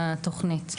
מתבצעת התוכנית.